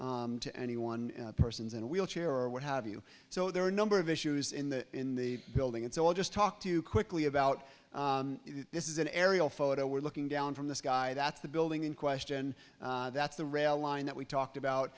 to anyone persons in a wheelchair or what have you so there are a number of issues in the in the building and so i'll just talk to you quickly about this is an aerial photo we're looking down from the sky that's the building in question that's the rail line that we talked about